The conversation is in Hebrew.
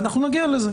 ואנחנו נגיע לזה,